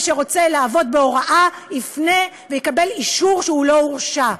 שרוצה לעבוד בהוראה יפנה ויקבל אישור שהוא לא הורשע.